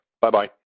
Bye-bye